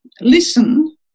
listen